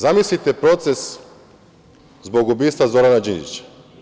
Zamislite proces zbog ubistva Zorana Đinđića.